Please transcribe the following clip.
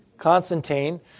Constantine